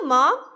Mom